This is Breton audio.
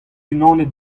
unanet